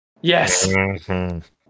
yes